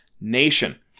nation